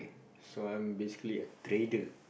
so I'm basically a trader